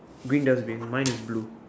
green dustbin mine is blue